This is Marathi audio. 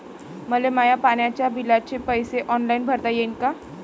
मले माया पाण्याच्या बिलाचे पैसे ऑनलाईन भरता येईन का?